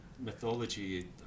mythology